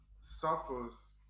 suffers